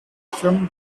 firm